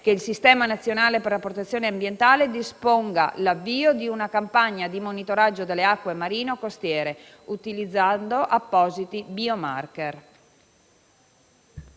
che il Sistema nazionale per la protezione ambientale disponga l'avvio di una campagna di monitoraggio delle acque marino-costiere, utilizzando appositi *biomarker*.